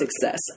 success